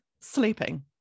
sleeping